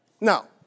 Now